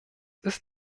ist